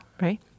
right